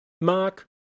Mark